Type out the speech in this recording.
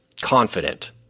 confident